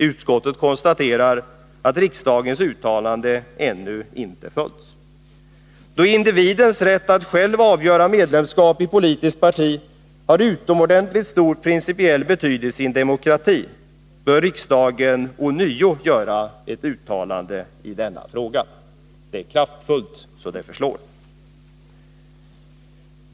Utskottet konstaterar att riksdagens uttalande ännu inte efterföljts. Då individens rätt att själv avgöra medlemskap i politiskt parti har utomordentligt stor principiell betydelse i en demokrati, bör riksdagen ånyo göra ett uttalande i denna fråga.” Det är kraftfullt så att det förslår.